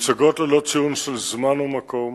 מוצגות ללא ציון של זמן ומקום